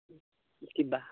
কিবা